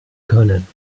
können